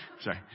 sorry